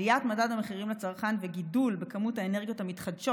עליית מדד המחירים לצרכן והגידול בכמות האנרגיות המתחדשות